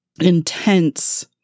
intense